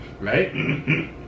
right